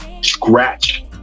scratch